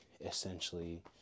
essentially